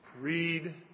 read